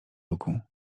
oku